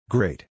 Great